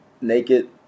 naked